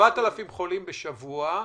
7,000 חולים בשבוע,